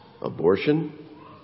abortion